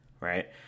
right